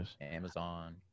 Amazon